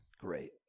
Great